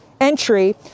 entry